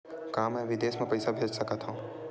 का मैं विदेश म पईसा भेज सकत हव?